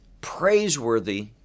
praiseworthy